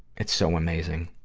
it's so amazing.